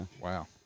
Wow